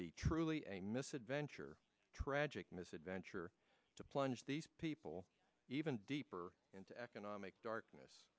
be truly a misadventure tragic misadventure to plunge these people even deeper into economic darkness